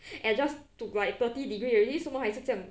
adjust to like thirty degree already 为什么还是这样